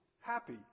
happy